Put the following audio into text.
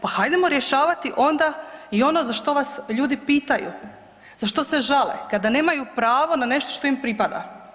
Pa hajdemo rješavati onda i ono za što vas ljudi pitaju, za što se žale, kada nemaju pravo na nešto što im pripada?